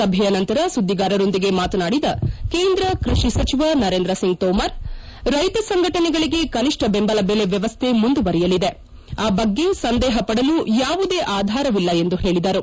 ಸಭೆಯ ನಂತರ ಸುದ್ಲಿಗಾರರೊಂದಿಗೆ ಮಾತನಾಡಿದ ಕೇಂದ್ರ ಕೃಷಿ ಸಚಿವ ನರೇಂದ್ರ ಸಿಂಗ್ ತೋಮರ್ ರೈತ ಸಂಘಟನೆಗಳಗೆ ಕನಿಷ್ಠ ಬೆಂಬಲ ಬೆಲೆ ವ್ಯವಸ್ಥೆ ಮುಂದುವರೆಯಲಿದೆ ಆ ಬಗ್ಗೆ ಸಂದೇಹ ಪಡಲು ಯಾವುದೇ ಆಧಾರವಿಲ್ಲ ಎಂದು ಹೇಳಿದರು